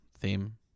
theme